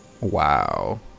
wow